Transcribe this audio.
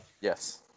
Yes